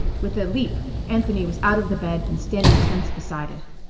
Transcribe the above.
with a leap anthony was out of the bed and standing tense beside it.